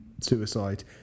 suicide